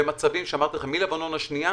מ"לבנון השנייה",